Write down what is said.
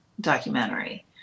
documentary